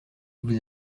vous